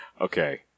okay